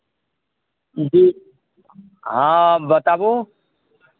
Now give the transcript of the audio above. जी हँ बताबू